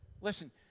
Listen